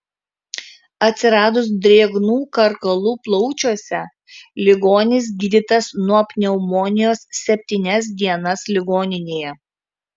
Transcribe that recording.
atsiradus drėgnų karkalų plaučiuose ligonis gydytas nuo pneumonijos septynias dienas ligoninėje